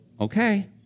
okay